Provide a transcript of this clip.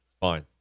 Fine